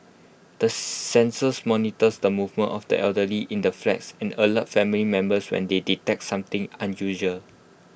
the sensors monitors the movements of the elderly in the flats and alert family members when they detect something unusual